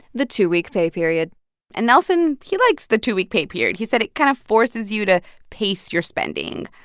the two-week pay period and nelson he likes the two-week pay period. he said it kind of forces you to pace your spending.